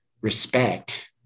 respect